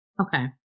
Okay